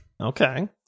Okay